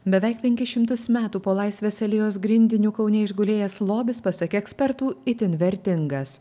beveik penkis šimtus metų po laisvės alėjos grindiniu kaune išgulėjęs lobis pasak ekspertų itin vertingas